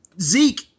Zeke